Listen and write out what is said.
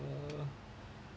uh